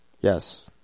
Yes